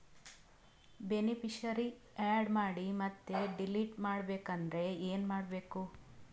Beneficiary, add ಮಾಡಿ ಮತ್ತೆ delete ಮಾಡಬೇಕೆಂದರೆ ಏನ್ ಮಾಡಬೇಕು?